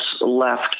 left